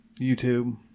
YouTube